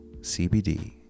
CBD